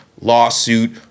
lawsuit